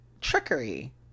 trickery